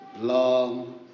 Long